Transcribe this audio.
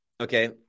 Okay